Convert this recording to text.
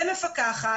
ומפקחת,